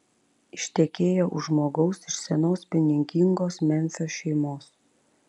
ištekėjo už žmogaus iš senos pinigingos memfio šeimos